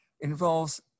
involves